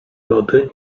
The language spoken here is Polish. lody